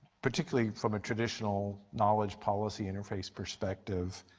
particularly from a traditional knowledge policy interface perspective,